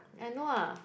I know ah